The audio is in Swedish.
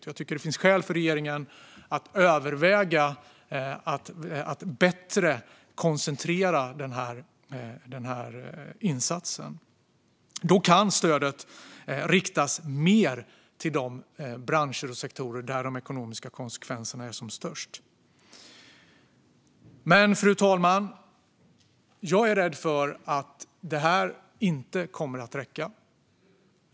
Jag tycker att det finns skäl för regeringen att överväga att bättre koncentrera insatsen. Då kan stödet riktas mer till de branscher och sektorer där de ekonomiska konsekvenserna är som störst. Fru talman! Jag är dock rädd för att detta inte kommer att räcka.